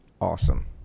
awesome